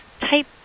Type